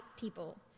people